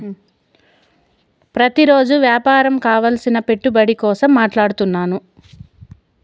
ప్రతిరోజు వ్యాపారం కావలసిన పెట్టుబడి కోసం మాట్లాడుతున్నాను